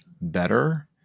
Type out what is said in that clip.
better